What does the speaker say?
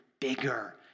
bigger